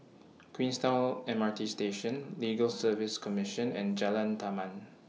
Queenstown M R T Station Legal Service Commission and Jalan Taman